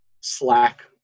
Slack